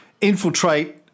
infiltrate